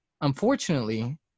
Unfortunately